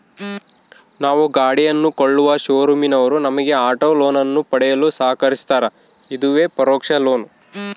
ನಾವು ಗಾಡಿಯನ್ನು ಕೊಳ್ಳುವ ಶೋರೂಮಿನವರು ನಮಗೆ ಆಟೋ ಲೋನನ್ನು ಪಡೆಯಲು ಸಹಕರಿಸ್ತಾರ, ಇದುವೇ ಪರೋಕ್ಷ ಲೋನ್